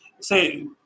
say